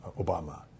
Obama